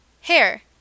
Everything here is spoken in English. Hair